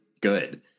good